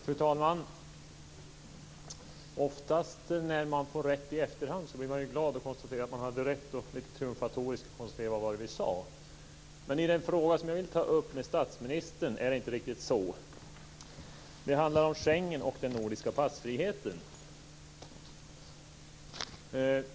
Fru talman! Oftast är det så när man får rätt i efterhand att man blir glad och konstaterar att man hade rätt och lite triumfatoriskt säger: Vad var det vi sade. I den fråga som jag vill ta upp med statsministern är det inte riktigt så. Det handlar om Schengen och den nordiska passfriheten.